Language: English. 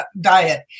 diet